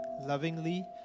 lovingly